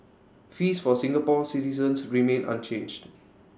fees for Singapore citizens remain unchanged